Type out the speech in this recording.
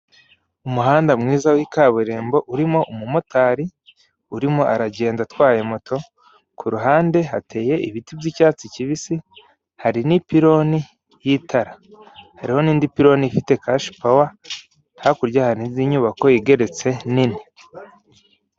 Umuhanda mwiza wikaburimbo urimo umumotari urimo aragenda atwaye moto, kuruhande hateye ibiti byicyatsi kibisi hari nipironi yitara hariho nindi pironi ifite kashipawa hakurya harindi nyubako igeretse nini.